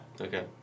Okay